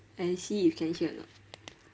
and see if can hear or not